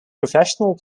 professional